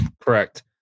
Correct